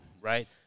right